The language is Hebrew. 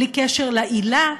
בלי קשר לעילה,